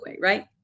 right